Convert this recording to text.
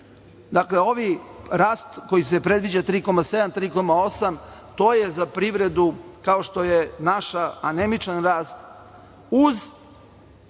i više. Rast koji se predviđa, 3,7 - 3,8, to je za privredu kao što je naša anemičan rast, uz